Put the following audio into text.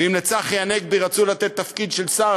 ואם לצחי הנגבי רצו לתת תפקיד של שר,